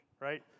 Right